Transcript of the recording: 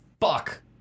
fuck